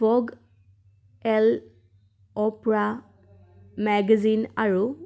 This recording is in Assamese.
ফগ এল অ'পৰা মেগাজিন আৰু